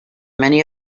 many